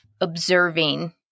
observing